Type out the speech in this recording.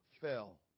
fell